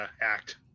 act